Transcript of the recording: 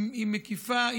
היא מקיפה,